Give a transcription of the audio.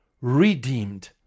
redeemed